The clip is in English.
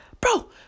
Bro